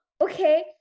okay